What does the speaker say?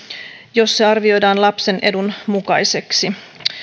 jos se arvioidaan lapsen edun mukaiseksi